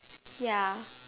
ya